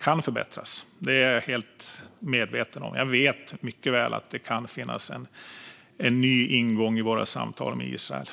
kan förbättras; det är jag helt medveten om. Jag vet mycket väl att det kan finnas en ny ingång i våra samtal med Israel.